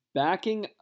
backing